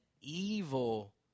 evil